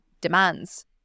demands